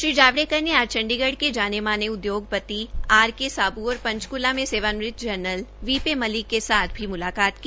श्री जावड़ेकर ने आज चंडीगढ़ के जाने माने उद्योगपति आर के साबू और पंचकूला में सेवानिवृत जनरल बी पी मलिक के साथ मुलाकता की